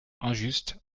injuste